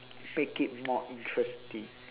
make it more interesting